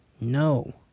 no